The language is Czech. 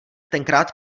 tenkrát